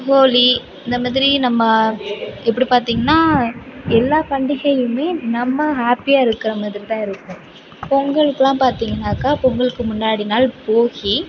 ஹோலி இந்தமாதிரி நம்ம எப்படி பார்த்திங்கனா எல்லா பண்டிகையுமே நம்ம ஹேப்பியாக இருக்கிறமாதிரி தான் இருக்கும் பொங்கலுக்குலாம் பார்த்திங்கனாக்கா பொங்கலுக்கு முன்னாடி நாள் போகி